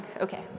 Okay